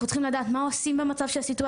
אנחנו צריכים לדעת מה עושים במצב של סיטואציה